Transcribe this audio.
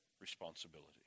responsibility